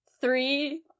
Three